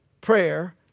prayer